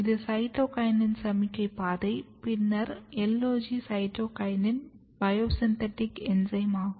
இது சைட்டோகினின் சமிக்ஞை பாதை பின்னர் LOG சைட்டோகினின் பயோசிந்தெடிக் என்சைம் ஆகும்